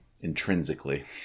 Intrinsically